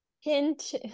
hint